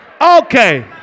Okay